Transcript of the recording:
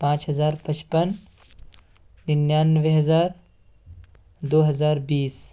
پانچ ہزار پچپن ننانوے ہزار دو ہزار بیس